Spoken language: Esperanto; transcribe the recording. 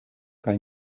kaj